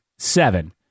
Seven